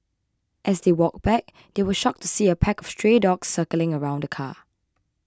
as they walked back they were shocked to see a pack of stray dogs circling around the car